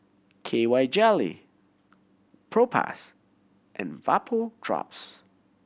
K Y Jelly Propass and Vapodrops